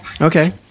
Okay